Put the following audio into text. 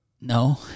No